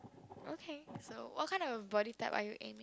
okay so what kind of body type are you aiming